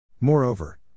Moreover